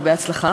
הרבה הצלחה.